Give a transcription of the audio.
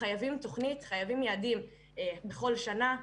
ובשביל זה חייבים תוכנית וחייבים יעדים בכל שנה,